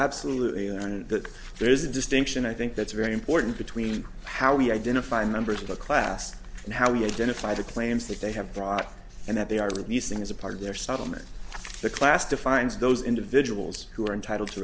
absolutely and that there is a distinction i think that's very important between how we identify members of the class and how we identify the claims that they have brought and that they are releasing as a part of their settlement the class defines those individuals who are entitled to